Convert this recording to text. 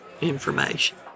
information